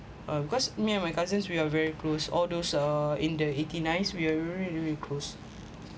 uh because me and my cousins we are very close all those uh in the eighty nine we're really really close